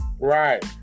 Right